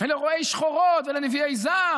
ולרואי שחורות ולנביאי זעם.